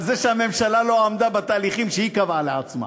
הממשלה לא עמדה בתהליכים שהיא קבעה לעצמה.